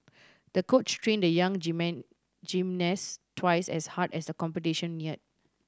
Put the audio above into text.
the coach trained the young gymnast twice as hard as the competition neared